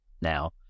now